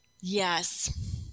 Yes